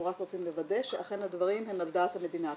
אנחנו רק רוצים לוודא שהדברים על דעת המדינה הקולטת.